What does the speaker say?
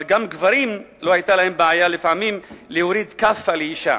אבל גם גברים לא היתה להם בעיה לפעמים להוריד כאפה לאשה.